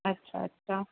अच्छा अच्छा